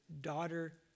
daughter